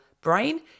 brain